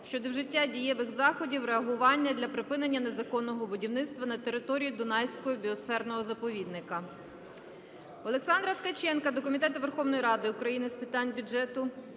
щодо вжиття дієвих заходів реагування для припинення незаконного будівництва на території Дунайського біосферного заповідника.